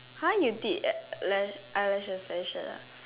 !huh! you did lash eyelash extension ah